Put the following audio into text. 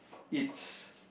it's